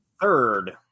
third